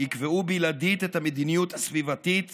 יקבעו בלעדית את המדיניות הסביבתית